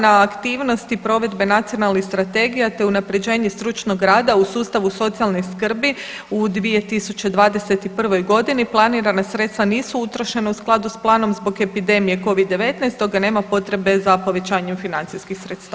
Na aktivnosti provedbe nacionalnih strategija te unaprjeđenje stručnog rada u sustavu socijalne skrbi u 2021. g. planirana sredstva nisu utrošena u skladu s planom zbog epidemije Covid-19, stoga nema potrebe za povećanjem financijskih sredstava.